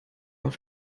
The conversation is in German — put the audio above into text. auf